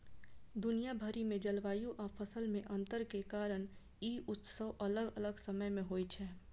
दुनिया भरि मे जलवायु आ फसल मे अंतर के कारण ई उत्सव अलग अलग समय मे होइ छै